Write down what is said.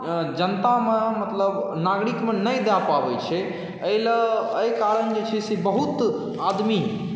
जनतामे मतलब नागरिकमे नहि दऽ पाबैत छै एहिकारण जे छै से बहुत आदमी